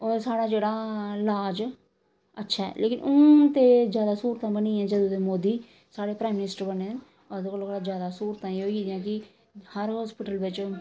होर साढ़ा जेह्ड़ा लाज अच्छा ऐ लेकिन हून ते जादा स्हूलतां बनी दियां जदूं दे मोदी साढ़े प्राइम मिनिस्टर बने दे न अदूं कोला जादा स्हूलतां एह् होई दियां कि हर हॉस्पिटल बिच